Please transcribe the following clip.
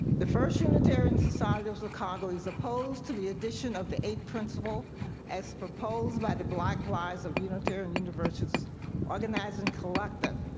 the first unitarian society of chicago is opposed to the addition of the eighth principle as proposed by the black lives of unitarian universalist organizing o'clock tive,